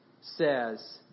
says